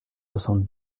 soixante